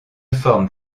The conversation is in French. forme